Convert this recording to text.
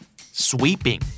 Sweeping